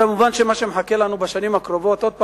כמובן, מה שמחכה לנו בשנים הקרובות, עוד פעם,